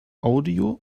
audio